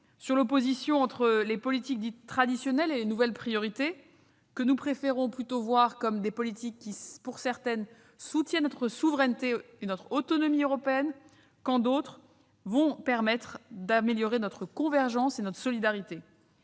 ou l'opposition entre les politiques dites traditionnelles et les nouvelles priorités que nous préférons plutôt voir comme des politiques qui, pour certaines, soutiennent notre souveraineté et notre autonomie au niveau européen, quand d'autres permettent d'améliorer notre convergence et notre solidarité.